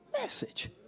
message